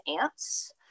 ants